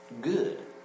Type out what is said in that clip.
good